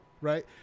right